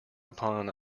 upon